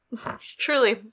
Truly